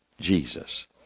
Jesus